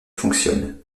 fonctionnent